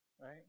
Right